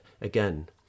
again